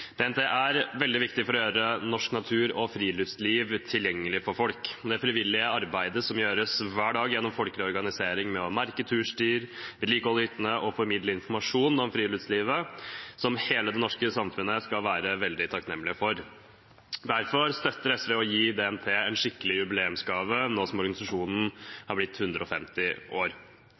DNT er veldig viktig for å gjøre norsk natur og friluftsliv tilgjengelig for folk. Det frivillige arbeidet som gjøres hver dag gjennom folkelig organisering med å merke turstier, vedlikeholde hyttene og formidle informasjon om friluftslivet, skal hele det norske samfunnet være veldig takknemlig for. Derfor støtter SV å gi DNT en skikkelig jubileumsgave nå som organisasjonen har blitt 150 år.